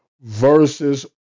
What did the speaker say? versus